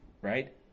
right